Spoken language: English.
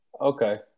Okay